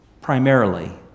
primarily